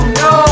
no